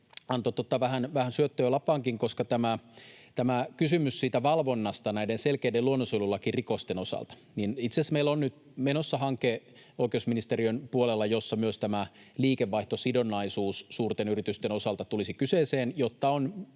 antoi vähän syöttöä lapaankin, koska oli tämä kysymys siitä valvonnasta näiden selkeiden luonnonsuojelulakirikosten osalta. Itse asiassa meillä on nyt menossa hanke oikeusministeriön puolella, jossa myös tämä liikevaihtosidonnaisuus suurten yritysten osalta tulisi kyseeseen, jotta